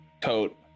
coat